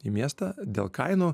į miestą dėl kainų